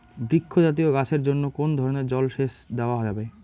বৃক্ষ জাতীয় গাছের জন্য কোন ধরণের জল সেচ দেওয়া যাবে?